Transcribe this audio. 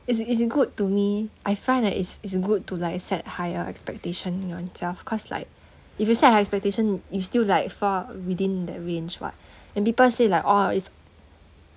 it's it's good to me I find that it's it's good to like set higher expectation on self cause like if you set high expectation you still like far within that range [what] and people say like oh it's